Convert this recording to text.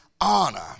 honor